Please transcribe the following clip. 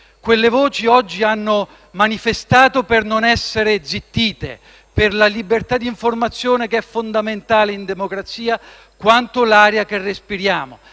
Quelle voci oggi hanno manifestato per non essere zittite, per la libertà di informazione che è fondamentale in democrazia quanto l'aria che respiriamo.